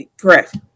correct